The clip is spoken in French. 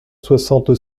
soixante